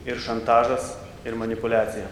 ir šantažas ir manipuliacija